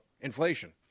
inflation